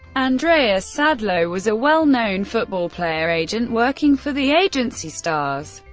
andreas sadlo was a well known football player agent, working for the agency stars